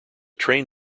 train